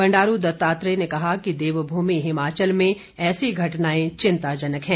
बंडारू दत्तात्रेय ने कहा कि देवभूमि हिमाचल में ऐसी घटनाएं चिंताजनक है